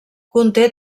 conté